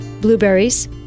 Blueberries